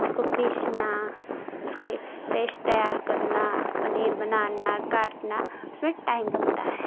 उसको पीसना उसके पेस्ट तैयार करना पनीर बनना काटना उसमें टाइम लगता है